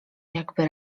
jakby